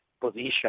position